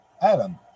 Adam